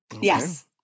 Yes